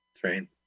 train